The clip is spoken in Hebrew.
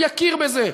הוא יכיר בזה.